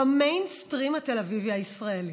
במיינסטרים התל אביבי הישראלי.